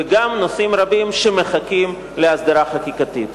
ויש גם נושאים רבים שמחכים להסדרה חקיקתית.